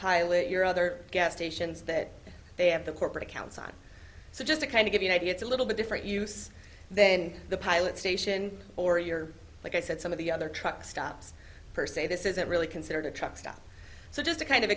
pilot your other gas stations that they have the corporate accounts on so just to kind of give you an idea it's a little bit different use then the pilot station or you're like i said some of the other truck stops per se this isn't really considered a truck stop so just to kind of